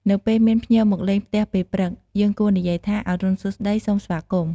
នៅពេលមាន ភ្ញៀវមកលេងផ្ទះពេលព្រឹក យើងគួរនិយាយថា "អរុណសួស្តី សូមស្វាគមន៍!"។